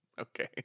Okay